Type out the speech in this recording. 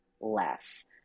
less